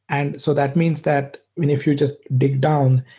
and so that means that if you just dig down,